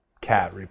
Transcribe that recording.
cat